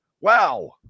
Wow